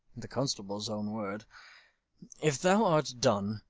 the constable's own word if thou art dun,